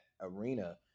arena